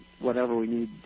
whatever-we-need